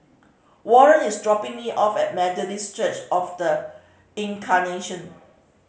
Warren is dropping me off at Methodist Church Of The Incarnation